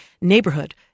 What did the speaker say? neighborhood